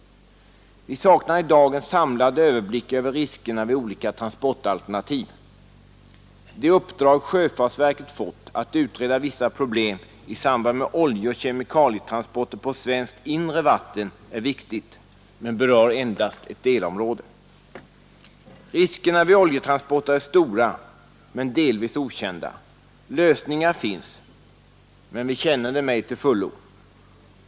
Vi saknar i dag en samlad överblick över riskerna vid olika traänsportalternativ. Det uppdrag sjöfartsverket fått att utreda vissa problem i samband med oljeoch kemikalietransporter på svenskt inre vatten är viktigt men berör endast ett delområde. Riskerna vid oljetransporter är stora men delvis okända. Lösningar finns, men vi känner dem ej till fullo.